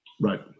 Right